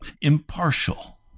impartial